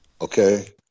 Okay